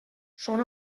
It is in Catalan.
són